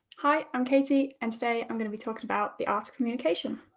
hey, i'm katie, and, today i'm going to be talking about the art of communication.